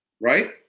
right